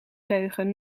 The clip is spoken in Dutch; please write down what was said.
leugen